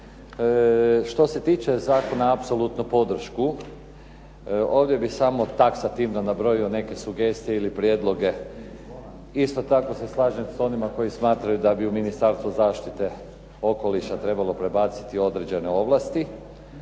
Što se tiče zakona apsolutnu podršku. Ovdje bih samo taksativno nabrojio neke sugestije ili prijedloge. Isto tako se slažem s onima koji smatraju da bi u Ministarstvu zaštite okoliša trebalo prebaciti određene ovlasti.